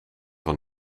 van